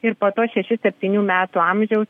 ir po to šešių septynių metų amžiaus